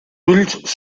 ulls